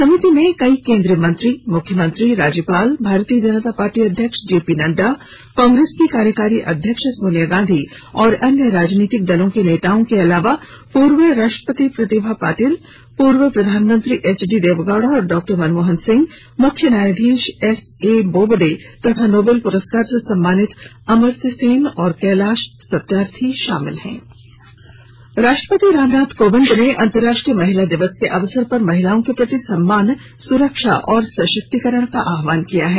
समिति में कई केंद्रीय मंत्री मुख्यमंत्री राज्यपाल भारतीय जनता पार्टी अध्यक्ष जे पी नड्डा कांग्रेस की कार्यकारी अध्यक्ष सोनिया गांधी और अन्य राजनीतिक दलों के नेताओं के अलावा पूर्व राष्ट्रपति प्रतिभा पाटिल पूर्व प्रधानमंत्री एच डी देवेगोड़ा और डॉ मनमोहन सिंह मुख्य न्यायाधीश एसए बोबडे तथा नोबेल पुरस्कार से सम्मानित अमर्त्य सेन और कैलाश सत्यार्थी शामिल हैं राष्ट्रपति रामनाथ कोविंद ने अंतरराष्ट्रीय महिला दिवस के अवसर पर महिलाओं के प्रति सम्मान सुरक्षा और सशक्तिकरण का आह्वान किया है